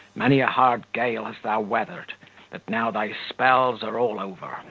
many a hard gale hast thou weathered but now thy spells are all over,